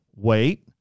wait